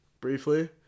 briefly